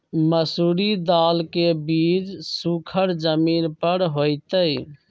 मसूरी दाल के बीज सुखर जमीन पर होतई?